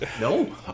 No